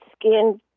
skin